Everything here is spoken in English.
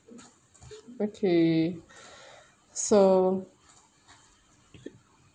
okay so